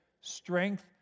strength